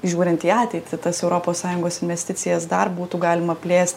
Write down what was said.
žiūrint į ateitį tas europos sąjungos investicijas dar būtų galima plėst